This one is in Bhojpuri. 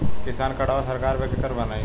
किसान कार्डवा सरकार केकर बनाई?